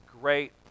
great